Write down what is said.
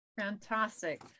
Fantastic